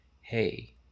hey